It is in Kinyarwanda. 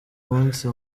munsi